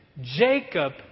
Jacob